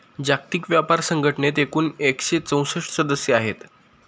जागतिक व्यापार संघटनेत एकूण एकशे चौसष्ट सदस्य आहेत